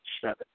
Seven